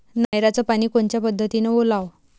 नयराचं पानी कोनच्या पद्धतीनं ओलाव?